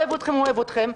אוהב אתכם,